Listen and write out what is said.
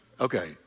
Okay